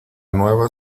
nueva